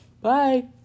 Bye